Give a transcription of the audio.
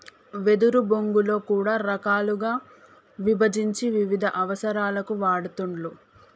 వెదురు బొంగులో కూడా రకాలుగా విభజించి వివిధ అవసరాలకు వాడుతూండ్లు